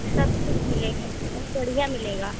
सब कुछ मिलेगा सब बढ़िया मिलेगा